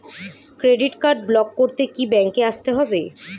Credit card block করতে কি ব্যাংকে আসতে হবে?